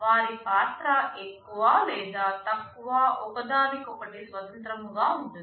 వారి పాత్ర ఎక్కువ లేదా తక్కువ ఒకదానికొకటి స్వతంత్రముగా ఉంటుంది